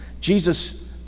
Jesus